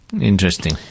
Interesting